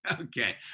Okay